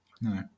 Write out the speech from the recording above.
no